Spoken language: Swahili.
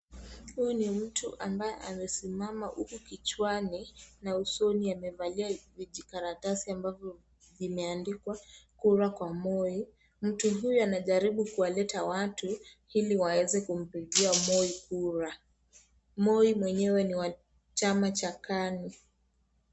Huyu ni mtu ambaye amesimama huku kichwani na usoni amevalia vijikaratasi ambavyo vimeandikwa kura kwa Moi, mtu huyu anajaribu kuwaleta watu ili waeze kumpigia Moi kura, Moi mwenyewe ni wa chama cha KANU.